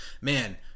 man